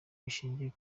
ishingiye